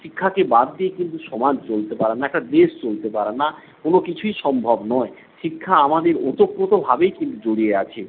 শিক্ষাকে বাদ দিয়ে কিন্তু সমাজ চলতে পারে না একটা দেশ চলতে পারে না কোনো কিছুই সম্ভব নয় শিক্ষা আমাদের ওতপ্রোতভাবেই ঠিক জড়িয়ে আছে